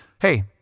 Hey